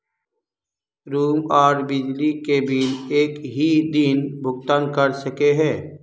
Room आर बिजली के बिल एक हि दिन भुगतान कर सके है?